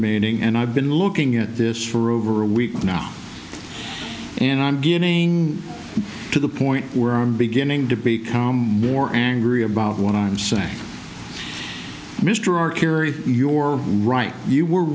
meeting and i've been looking at this for over a week now and i'm getting to the point where i'm beginning to become more angry about what i'm saying mr or kerry your right you were